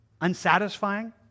unsatisfying